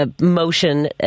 motion